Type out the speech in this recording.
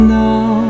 now